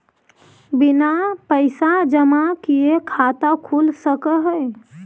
बिना पैसा जमा किए खाता खुल सक है?